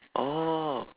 oh